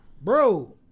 Bro